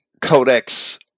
Codex